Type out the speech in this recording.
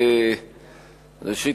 ראשית,